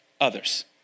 Others